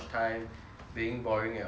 being boring at home and all